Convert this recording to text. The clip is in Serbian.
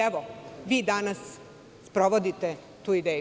Evo, vi danas sprovodite tu ideju.